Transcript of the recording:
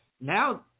now